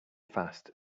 fast